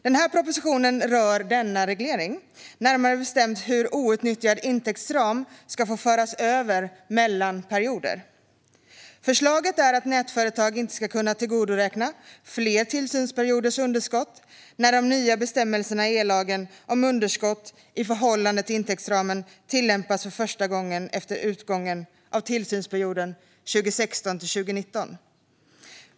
Den här propositionen rör denna reglering, närmare bestämt hur outnyttjad intäktsram ska få föras över mellan perioder. Förslaget är att nätföretag inte ska kunna tillgodoräknas fler tillsynsperioders underskott när de nya bestämmelserna i ellagen om underskott i förhållande till intäktsramen tillämpas för första gången efter utgången av tillsynsperioden 2016-2019.